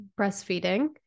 breastfeeding